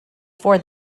for